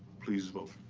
please vote.